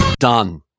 Done